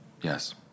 Yes